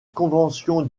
convention